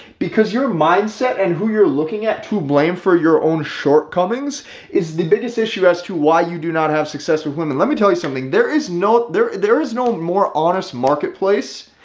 because your mindset and who you're looking at to blame for your own shortcomings is the biggest issue as to why you do not have success with women. let me tell you something, there is no there there is no more honest marketplace,